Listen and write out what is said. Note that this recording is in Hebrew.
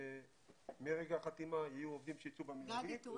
מרגע החתימה יהיו עובדים שייצאו במיידית.